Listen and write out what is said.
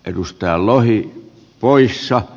edustajan lohi poissa